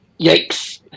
Yikes